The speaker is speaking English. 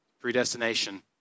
Predestination